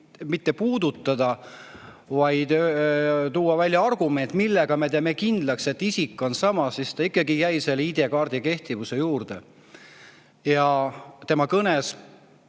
mitte puudutada, vaid tuua välja argument, millega me teeme kindlaks, et isik on sama. Ta jäi ikkagi selle ID‑kaardi kehtivuse juurde. Tema kõne